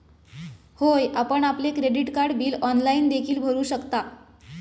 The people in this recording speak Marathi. होय, आपण आपले क्रेडिट कार्ड बिल ऑनलाइन देखील भरू शकता